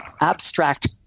abstract